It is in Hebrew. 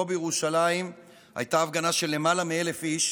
פה בירושלים הייתה הפגנה של למעלה מ-1,000 איש.